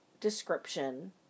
description